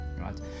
right